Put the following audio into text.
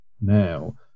now